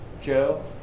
Joe